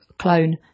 Clone